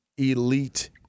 elite